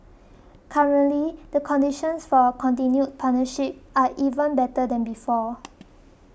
currently the conditions for a continued partnership are even better than before